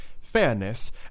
fairness